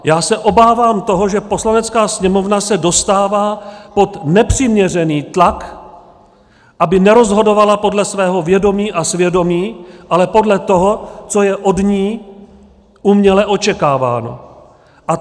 Já se obávám toho, že Poslanecká sněmovna se dostává pod nepřiměřený tlak, aby nerozhodovala podle svého vědomí a svědomí, ale podle toho, co je od ní uměle očekáváno.